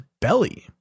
belly